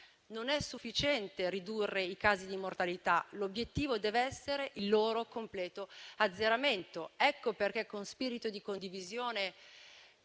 Non è sufficiente ridurre i casi di mortalità: l'obiettivo deve essere il loro completo azzeramento. Ecco perché con spirito di condivisione,